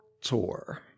tour